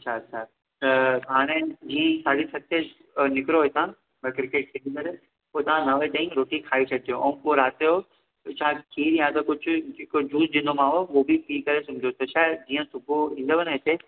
अच्छा त हाणे जिअं ही साढे सते निकरो हितां मनां क्रिकेट खेॾी करे पो तां नवे ॾहे रोटी खाई छॾिजो अऊं पो रातयो छा खीर या हिकड़ो कुछ जेको जूस डींदोमांव उवो बि पी करे सुमजो त छाए जिअं सुबुहयो ईंदव न हिते